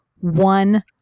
one